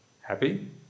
happy